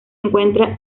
encuentra